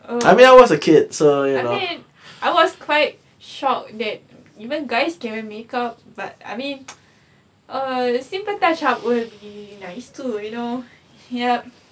oh I mean I was quite shocked that even guys doing make up but I mean uh simple touch up will be nice too you know yup